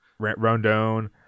Rondone